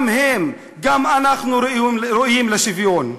גם הם גם אנחנו ראויים לשוויון.